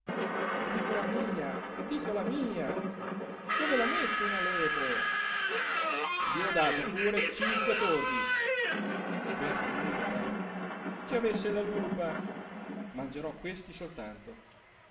dico la mia dico la mia dove la metto una lepre i ho dato pure cinque tordi per giunta ci avessi la lupa mangerò questi soltanto